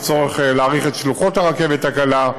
יש צורך להאריך את שלוחות הרכבת הקלה.